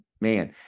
Man